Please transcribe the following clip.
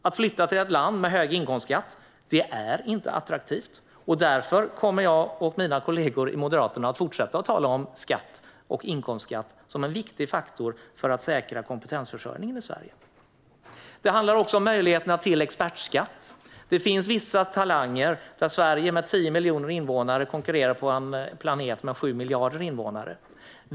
Att flytta till ett land med hög inkomstskatt är inte attraktivt, och därför kommer jag och mina kollegor i Moderaterna att fortsätta att tala om skatt och inkomstskatt som en viktig faktor för att säkra kompetensförsörjningen i Sverige. Det handlar också om möjligheterna till expertskatt. Det finns vissa talanger om vilka Sverige med 10 miljoner invånare konkurrerar på en planet med 7 miljarder invånare.